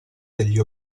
degli